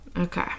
Okay